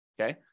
okay